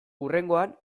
hurrengoan